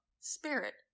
spirit